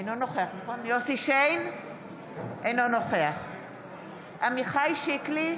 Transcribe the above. אינו נוכח עמיחי שיקלי,